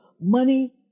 money